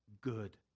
good